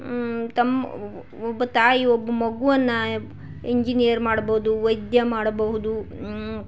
ತಂ ಒಬ್ಬ ತಾಯಿ ಒಬ್ಬ ಮಗುವನ್ನು ಇಂಜಿನಿಯರ್ ಮಾಡ್ಬೌದು ವೈದ್ಯ ಮಾಡಬಹುದು